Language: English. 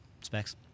Specs